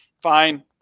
fine